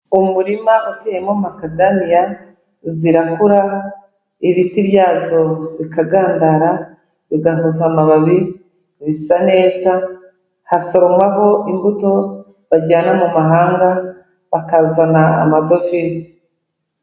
Umurima uteyemo makadamiya, zirakura ibiti byazo bikagandara, bigahuza amababi bisa neza, hasoromaho imbuto bajyana mu mahanga bakazana amadovize.